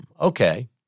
okay